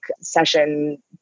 session